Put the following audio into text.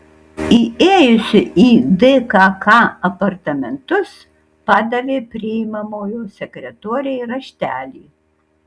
įėjusi į dkk apartamentus padavė priimamojo sekretorei raštelį